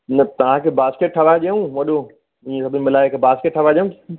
न तव्हांखे बास्केट ठहाराए ॾियूं वॾो हीअ सभु मिलाए करे बास्केट ठहराए ॾियूं